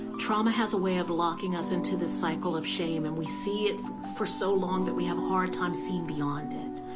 trauma has a way of locking us into the cycle of shame and we see it for so long that we have a hard time seeing beyond it.